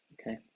Okay